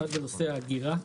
אחת בנושא האגירה.